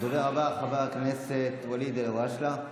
הדובר הבא, חבר הכנסת ואליד אלהואשלה,